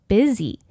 Busy